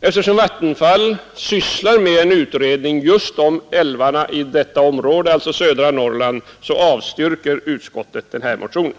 Eftersom Vattenfall sysslar med en utredning just om älvarna i södra Norrland avstyrker utskottet motionen.